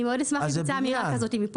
אשמח מאוד אם תצא אמירה כזאת מפה